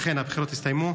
ואכן הבחירות הסתיימו.